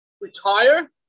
retire